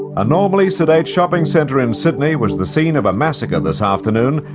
a normally sedate shopping centre in sydney was the scene of a massacre this afternoon,